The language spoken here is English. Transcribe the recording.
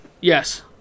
Yes